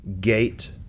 gate